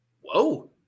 whoa